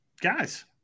guys